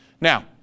Now